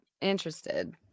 interested